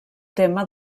tema